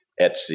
Etsy